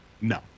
no